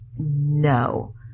No